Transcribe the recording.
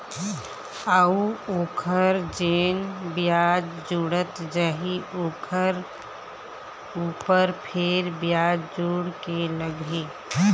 अऊ ओखर जेन बियाज जुड़त जाही ओखर ऊपर फेर बियाज जुड़ के लगही